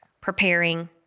preparing